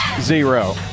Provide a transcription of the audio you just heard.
zero